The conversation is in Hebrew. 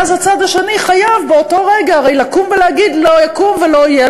ואז הצד השני חייב באותו רגע הרי לקום ולהגיד: לא יקום ולא יהיה,